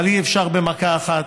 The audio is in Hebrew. אבל אי-אפשר במכה אחת.